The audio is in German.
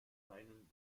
seinen